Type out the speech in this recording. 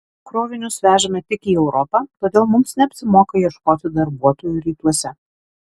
krovinius vežame tik į europą todėl mums neapsimoka ieškoti darbuotojų rytuose